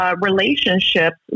relationships